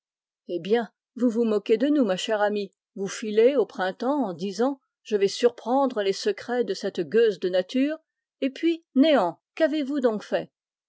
ah bien vous vous moquez de nous chère amie vous filez au printemps en disant je vais surprendre les secrets de la nature et puis néant qu'avezvous donc fait